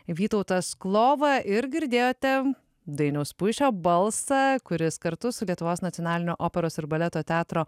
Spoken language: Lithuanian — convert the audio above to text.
vytautas klova ir girdėjote dainiaus puišio balsą kuris kartu su lietuvos nacionalinio operos ir baleto teatro